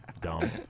Dumb